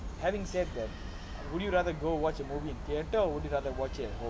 having said that would you rather go watch a movie theatre or would you rather watch it at home